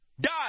Die